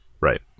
right